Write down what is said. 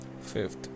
Fifth